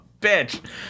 bitch